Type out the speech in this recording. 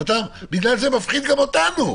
כי זה מפחיד גם אותנו.